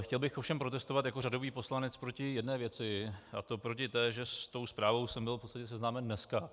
Chtěl bych ovšem protestovat jako řadový poslanec proti jedné věci, a to proti té, že s tou zprávou jsem byl v podstatě seznámen dneska.